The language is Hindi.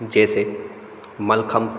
जैसे मलखम